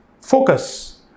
Focus